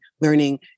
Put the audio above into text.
learning